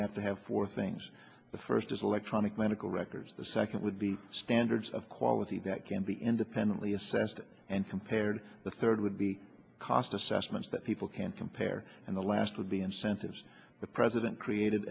have to have four things the first is electronic medical records the second would be standards of quality that can be independently assessed and compared the third would be cost assessments that people can compare and the last would be incentives the president created